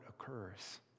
occurs